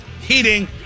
heating